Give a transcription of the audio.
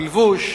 בלבוש,